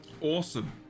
Awesome